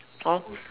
for